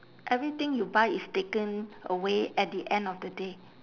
everything you buy is taken away at the end of the day